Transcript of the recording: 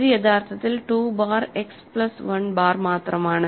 ഇത് യഥാർത്ഥത്തിൽ 2 bar x plus 1 bar മാത്രമാണ്